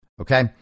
okay